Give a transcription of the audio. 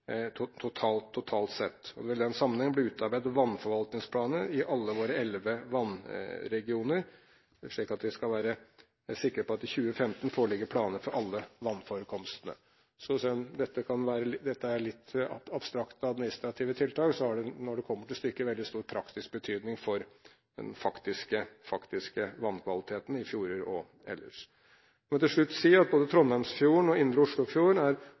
den sammenheng bli utarbeidet vannforvaltningsplaner i alle våre elleve vannregioner, slik at vi skal være sikre på at det i 2015 foreligger planer for alle vannforekomstene. Selv om dette kan være litt abstrakte administrative tiltak, har det, når det kommer til stykket, en veldig stor praktisk betydning for den faktiske vannkvaliteten i fjorder og ellers. Jeg må til slutt si at både Trondheimsfjorden og indre Oslofjord er